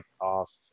off